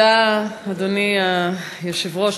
אדוני היושב-ראש,